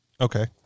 Okay